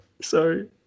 Sorry